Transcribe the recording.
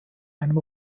einem